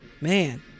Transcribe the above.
man